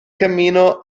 cammino